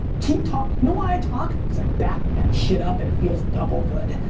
keep talk, you know why i talk? because i back that shit up and it feels double good.